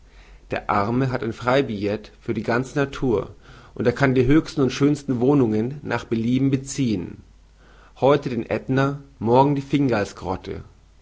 der arme hat ein freibillet für die ganze natur und er kann die höchsten und schönsten wohnungen nach belieben beziehen heute den aetna morgen die